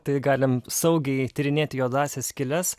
tai galim saugiai tyrinėti juodąsias skyles